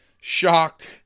shocked